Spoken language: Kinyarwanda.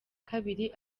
kabiri